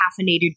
caffeinated